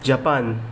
Japan